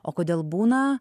o kodėl būna